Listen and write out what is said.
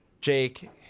Jake